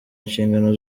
inshingano